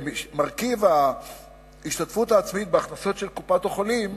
ומרכיב ההשתתפות העצמית בהכנסות של קופת-החולים